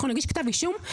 אנחנו נגיש כתב אישום.